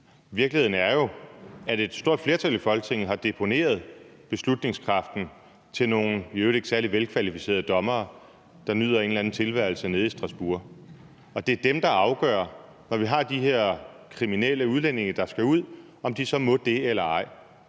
men at et stort flertal i Folketinget har deponeret beslutningskraften hos nogle i øvrigt ikke særlig velkvalificerede dommere, der nyder en eller anden form for tilværelse nede i Strasbourg, og at det er dem, der, når vi har de her kriminelle udlændinge, der skal ud, afgør, om de så må det eller ej.